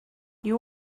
you